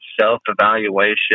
self-evaluation